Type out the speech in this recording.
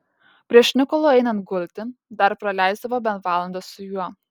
prieš nikolui einant gulti dar praleisdavo bent valandą su juo